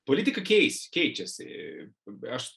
politika keis keičiasi aš